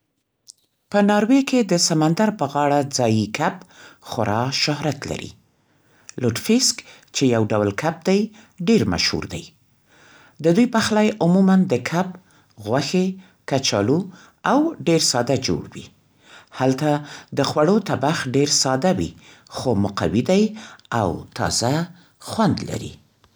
په ناروې کې د سمندر په غاړه ځایي کب خورا شهرت لري. «لوټفیسک» چې یو ډول کب دی، ډېر مشهور دی. د دوی پخلی عموماً د کب، غوښې، کچالو، او ډیر ساده جوړ وي. هلته د خوړو طبخ ډیر ساده وي، خو مقوي دی او تازه خوند لري.